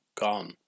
Gone